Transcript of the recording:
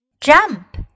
jump